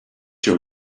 your